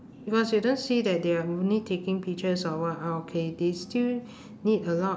because you don't see that they are only taking pictures of what are okay they still need a lot